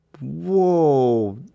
Whoa